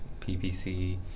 PPC